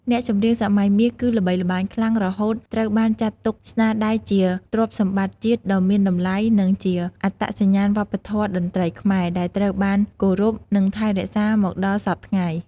អ្នកចម្រៀងសម័យមាសគឺល្បីល្បាញខ្លាំងរហូតត្រូវបានចាត់ទុកស្នាដៃជា ទ្រព្យសម្បត្តិជាតិដ៏មានតម្លៃ និងជា អត្តសញ្ញាណវប្បធម៌តន្ត្រីខ្មែរ ដែលត្រូវបានគោរព និងថែរក្សាមកដល់សព្វថ្ងៃ។